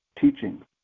teaching